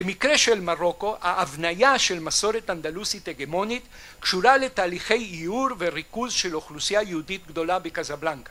במקרה של מרוקו ההבניה של מסורת אנדלוסית הגמונית קשורה לתהליכי עיור וריכוז של אוכלוסייה יהודית גדולה בקזבלנקה